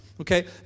Okay